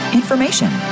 information